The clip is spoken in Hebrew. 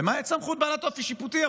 "למעט סמכות בעלת אופי שיפוטי".